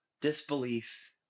disbelief